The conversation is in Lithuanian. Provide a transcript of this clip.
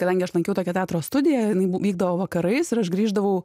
kadangi aš lankiau tokią teatro studiją jinai bu vykdavo vakarais ir aš grįždavau